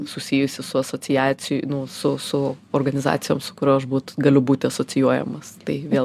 susijusi su asociacijų nu su su organizacijom su kurio aš būt galiu būt asocijuojamas tai vėl